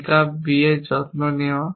pickup b এর যত্ন নেওয়া